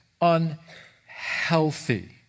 unhealthy